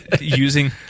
using